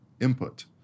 input